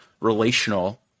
relational